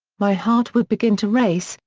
my heart would begin to race,